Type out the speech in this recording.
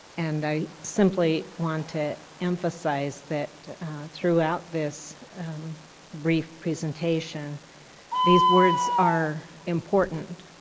and i simply want to emphasize that throughout this brief presentation these words are important,